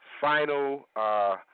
final